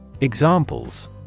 Examples